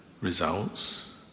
results